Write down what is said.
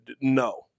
no